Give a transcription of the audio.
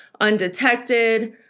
undetected